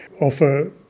offer